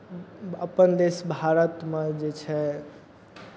अपन देश भारतमे जे छै